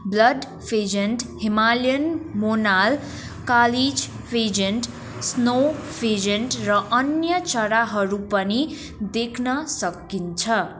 blood pheasant Himalayan monal kalij pheasant snow pheasant र अन्य चराहरू पनि देख्न सकिन्छ